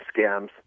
scams